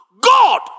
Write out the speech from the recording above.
god